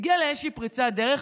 היא הגיעה לאיזושהי פריצת דרך,